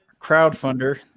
crowdfunder